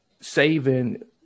saving